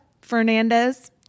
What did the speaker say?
Fernandez